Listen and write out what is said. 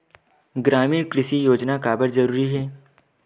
ग्रामीण कृषि योजना काबर जरूरी हे?